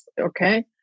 okay